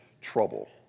trouble